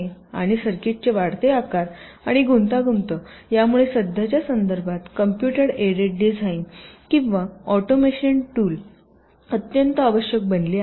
आणि सर्किटचे वाढते आकार आणि गुंतागुंत यामुळे सध्याच्या संदर्भात कॉम्पुटर एडेड डिझाईन किंवा ऑटोमेशन टूल अत्यंत आवश्यक बनली आहेत